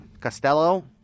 Costello